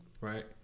Right